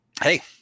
Hey